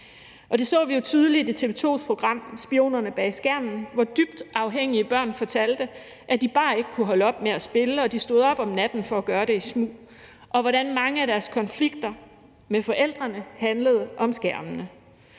Det så vi jo tydeligt i TV 2's program »Spionerne bag skærmen«, hvor dybt afhængige børn fortalte, at de bare ikke kunne holde op med at spille, at de stod op om natten for at gøre det i smug, og at mange af deres konflikter med forældrene handlede om skærmene.